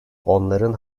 onların